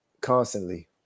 constantly